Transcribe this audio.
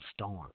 storm